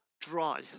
dry